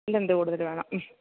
length കൂടുതൽ വേണം മ്മ്